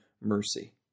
mercy